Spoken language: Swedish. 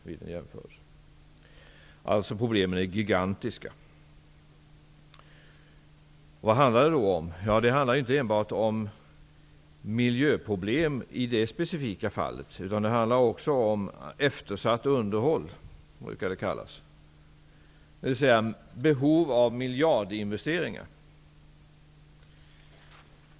Problemen är alltså gigantiska. Det handlar inte enbart om miljöproblem i detta specifika fall, utan också om det som brukar kallas eftersatt underhåll, dvs. behov av miljardinvesteringar.